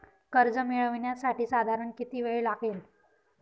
कर्ज मिळविण्यासाठी साधारण किती वेळ लागेल?